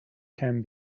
can